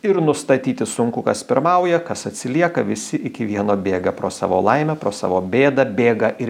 ir nustatyti sunku kas pirmauja kas atsilieka visi iki vieno bėga pro savo laimę pro savo bėdą bėga ir